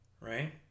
right